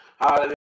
Hallelujah